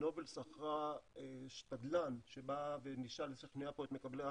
נובל שכרה שתדלן שבא וניסה לשכנע פה את מקבלי ההחלטות,